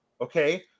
Okay